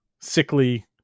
sickly